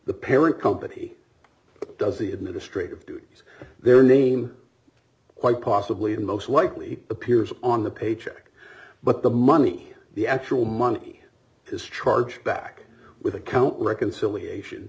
the parent company does the administrative duties their name quite possibly and most likely appears on the paycheck but the money the actual money is charged back with a count reconciliation